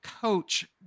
coach